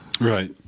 Right